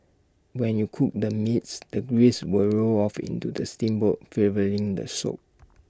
when you cook the meats the grease will roll off into the steamboat flavouring the soup